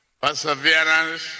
perseverance